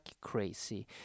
crazy